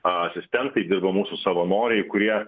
asistentai dirba mūsų savanoriai kurie